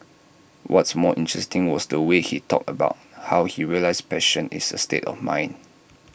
what's more interesting was the way he talked about how he realised passion is A state of mind